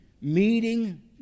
meeting